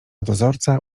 dozorca